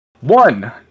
one